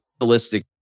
realistic